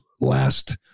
last